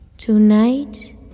Tonight